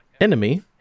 enemy